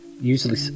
usually